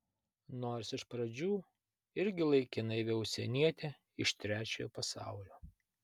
nors iš pradžių irgi laikė naivia užsieniete iš trečiojo pasaulio